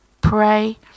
pray